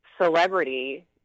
celebrity